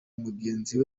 mugenzi